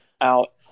out